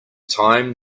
time